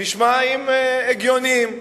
נשמעים הגיוניים.